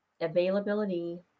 availability